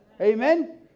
Amen